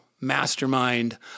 mastermind